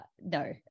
no